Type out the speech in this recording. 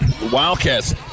Wildcats